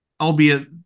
Albeit